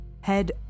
head